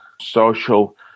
social